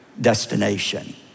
destination